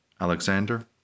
Alexander